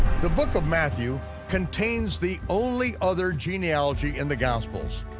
the book of matthew contains the only other genealogy in the gospels.